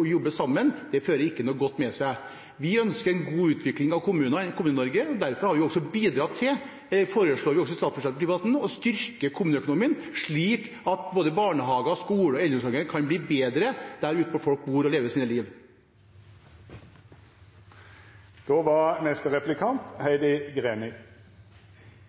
å jobbe sammen, fører ikke noe godt med seg. Vi ønsker en god utvikling av Kommune-Norge, og derfor har vi også bidratt til – og det foreslo vi også i statsbudsjettdebatten – å styrke kommuneøkonomien, slik at både barnehager, skoler og eldreomsorgen kan bli bedre der ute hvor folk bor og lever sine liv.